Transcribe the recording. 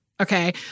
okay